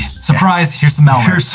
surprise, here's some malware. here's,